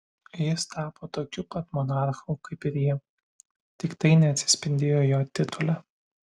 jis tapo tokiu pat monarchu kaip ir ji tik tai neatsispindėjo jo titule